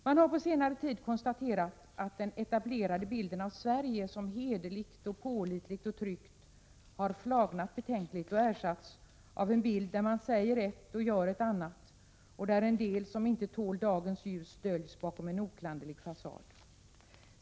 Man har på senare tid konstaterat att den etablerade bilden av Sverige som ett hederligt, pålitligt och tryggt land har flagnat betänkligt. Bilden har nu ersatts av en annan bild: av ett land där man säger ett och gör ett annat och där en del som inte tål dagens ljus döljs bakom en oklanderlig fasad.